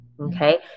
Okay